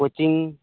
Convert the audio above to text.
coaching